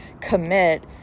commit